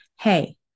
hey